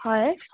হয়